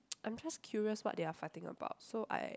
I'm just curious what they are fighting about so I